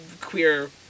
queer